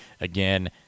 Again